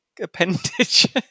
appendage